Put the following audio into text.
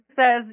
says